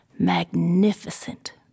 magnificent